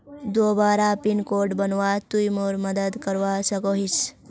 दोबारा pin code बनवात तुई मोर मदद करवा सकोहिस?